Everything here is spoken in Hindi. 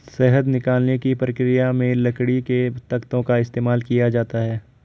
शहद निकालने की प्रक्रिया में लकड़ी के तख्तों का इस्तेमाल किया जाता है